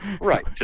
Right